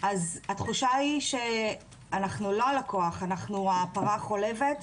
התחושה היא שאנחנו לא הלקוח, אנחנו הפרה החולבת,